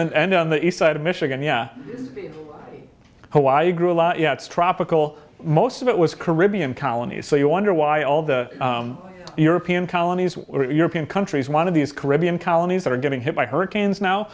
s and on the east side of michigan yeah hawaii grew a lot you know it's tropical most of it was caribbean colonies so you wonder why all the european colonies were european countries one of these caribbean colonies that are getting hit by hurricanes now